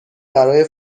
برای